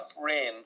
rain